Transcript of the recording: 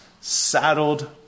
saddled